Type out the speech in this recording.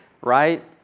right